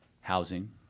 Housing